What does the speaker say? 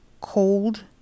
cold